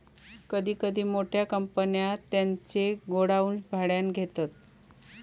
कधी कधी मोठ्या कंपन्या त्यांचे गोडाऊन भाड्याने घेतात